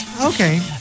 Okay